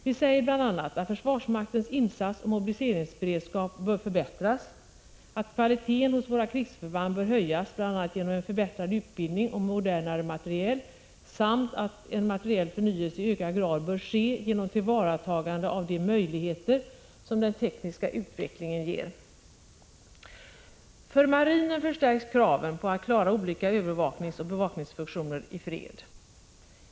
Vi säger t.ex. att försvarsmaktens insatsoch mobiliseringsberedskap bör förbättras, att kvaliteten hos våra krigsförband bör höjas bl.a. genom en förbättrad utbildning och modernare material samt att en materiell förnyelse i ökad grad bör ske genom tillvaratagande av de Prot. 1985/86:126 möjligheter som den tekniska utvecklingen ger. För marinen förstärks 24 april 1986 kraven på att klara olika övervakningsoch bevakningsfunktioner i fred.